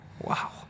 Wow